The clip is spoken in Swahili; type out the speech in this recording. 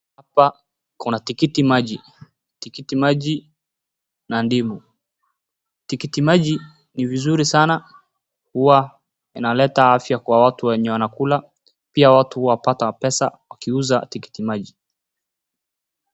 Hapa kuna tikiti maji, tikiti maji na ndimu, tikiti maji ni vizuri sana huwa inaleta afya kwa watu wenye wanakula, pia watu wapata pesa wakiuza tikiti maji.